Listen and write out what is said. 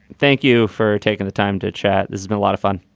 thank you for taking the time to chat. it's been a lot of fun.